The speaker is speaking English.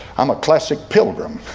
i'm a classic pilgrim